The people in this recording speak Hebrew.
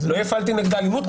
לא הפעלתי נגדה אלימות,